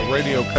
Radio